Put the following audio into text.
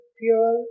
pure